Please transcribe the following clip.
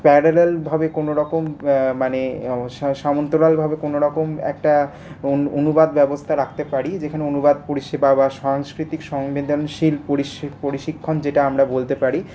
প্যারালালভাবে কোনোরকম মানে সমান্তরালভাবে কোনোরকম একটা অনুবাদ ব্যবস্থা রাখতে পারি যেখানে অনুবাদ পরিষেবা বা সংস্কৃতিক সংবেদনশীল পরিশিক্ষণ যেটা আমরা বলতে পারি